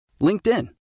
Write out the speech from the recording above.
LinkedIn